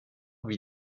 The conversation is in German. wie